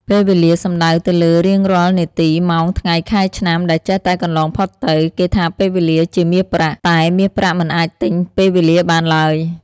ពេលវេលា សំដៅទៅលើរៀងរាល់នាទី ម៉ោង ថ្ងៃ ខែ ឆ្នាំ ដែលចេះតែកន្លងផុតទៅ គេថាពេលវេលាជាមាសប្រាក់ តែមាសប្រាក់មិនអាចទិញពេលវេលាបានឡើយ។